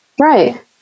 right